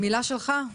מילה שלך,